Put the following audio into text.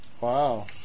Wow